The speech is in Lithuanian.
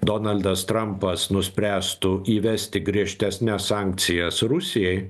donaldas trampas nuspręstų įvesti griežtesnes sankcijas rusijai